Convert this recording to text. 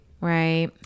Right